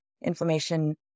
inflammation